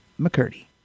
McCurdy